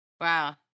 Wow